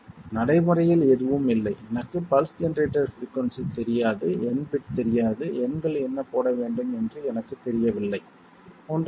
நடைமுறையில் எதுவும் இல்லை எனக்கு பல்ஸ் ஜெனரேட்டர் பிரிக்குயின்சி தெரியாது n பிட் தெரியாது எண்கள் என்ன போட வேண்டும் என்று எனக்குத் தெரியவில்லை ஒன்றுமில்லை